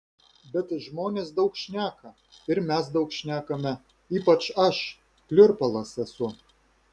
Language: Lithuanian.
bet žmonės daug šneka ir mes daug šnekame ypač aš pliurpalas esu